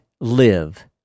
live